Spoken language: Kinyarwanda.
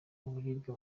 uburibwe